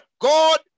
God